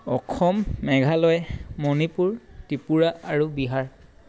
অসম মেঘালয় মণিপুৰ ত্ৰিপুৰা আৰু বিহাৰ